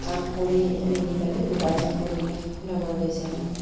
কাম কৰি মিলি পেলাই উপাৰ্জন কৰিলে লগৰ কেইজনেও